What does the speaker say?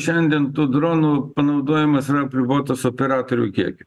šiandien tų dronų panaudojimas apribotas operatorių kiekiu